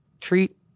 Treat